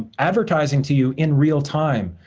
um advertising to you in real time.